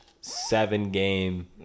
seven-game